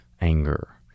anger